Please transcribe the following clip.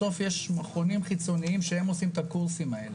בסוף יש מכונים חיצוניים שהם עושים את הקורסים האלה.